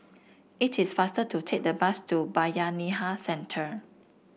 it is faster to take the bus to Bayanihan Centre